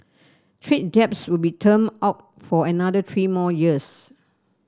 trade debts will be termed out for another three more years